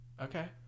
Okay